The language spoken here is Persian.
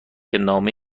نامه